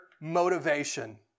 motivation